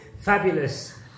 Fabulous